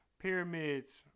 pyramids